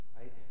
right